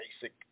basic